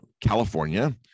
California